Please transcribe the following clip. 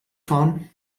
fahren